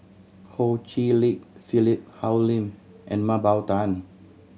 Ho Chee Lick Philip Hoalim and Mah Bow Tan